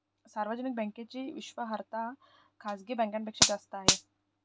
सार्वजनिक बँकेची विश्वासार्हता खाजगी बँकांपेक्षा अधिक आहे